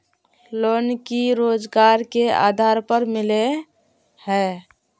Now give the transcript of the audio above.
Loan की रोजगार के आधार पर मिले है?